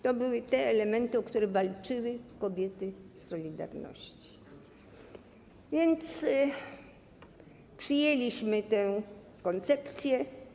To były te elementy, o które walczyły kobiety „Solidarności”, więc przyjęliśmy tę koncepcję.